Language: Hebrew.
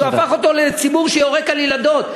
שהוא הפך אותו לציבור שיורק על ילדות.